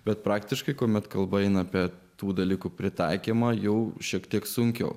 bet praktiškai kuomet kalba eina apie tų dalykų pritaikymą jau šiek tiek sunkiau